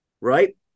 right